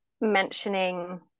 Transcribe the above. mentioning